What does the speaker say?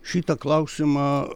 šitą klausimą